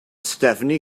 stephanie